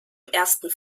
ersten